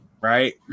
right